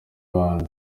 bande